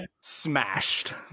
smashed